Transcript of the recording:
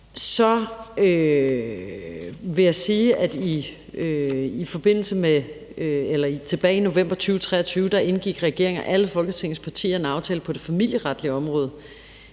Så vil jeg sige, at tilbage i november 2023 indgik regeringen og alle Folketingets partier en aftale på det familieretlige område.